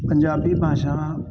ਪੰਜਾਬੀ ਭਾਸ਼ਾ